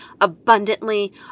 abundantly